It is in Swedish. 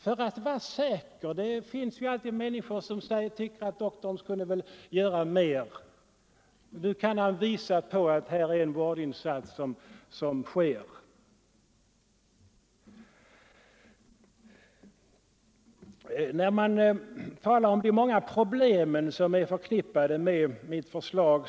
Det finns alltid människor som tycker att doktorn borde göra mer, och därför har han behov av att visa att en vårdinsats görs. Man talar om de många problem som är förknippade med rnitt förslag.